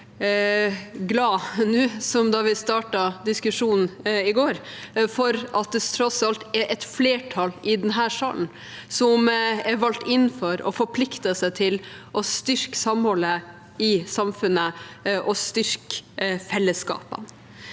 for at det tross alt er et flertall i denne salen som er valgt inn for å forplikte seg til å styrke samholdet i samfunnet og styrke fellesskapene.